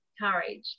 courage